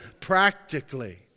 Practically